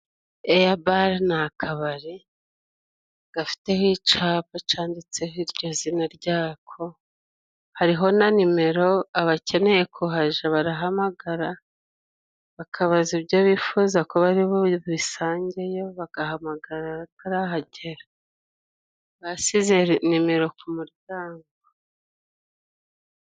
Eyabare ni kabari gafiteho icapa canditseho iryo zina ryako, hariho na nimero abakeneye kuhaja barahamagara bakabaza ibyo bifuza ko baribubisangeyo, bagahamagara batarahagera, basize nimero ku muryango.